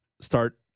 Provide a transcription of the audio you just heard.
start